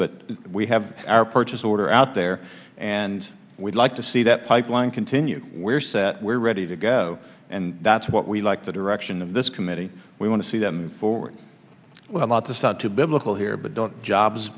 but we have our purchase order out there and we'd like to see that pipeline continue we're set we're ready to go and that's what we like the direction of this committee we want to see them forward a lot to south to biblical here but don't jobs